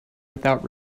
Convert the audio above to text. without